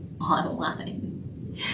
online